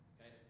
Okay